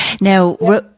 Now